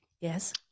Yes